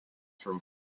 from